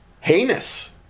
Heinous